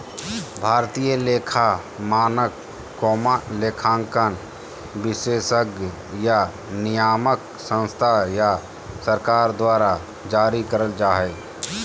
भारतीय लेखा मानक, लेखांकन विशेषज्ञ या नियामक संस्था या सरकार द्वारा जारी करल जा हय